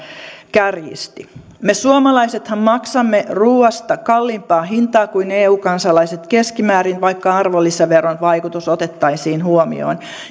kärjisti me suomalaisethan maksamme ruuasta kalliimpaa hintaa kuin eu kansalaiset keskimäärin vaikka arvonlisäveron vaikutus otettaisiin huomioon